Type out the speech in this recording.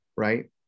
Right